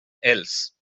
else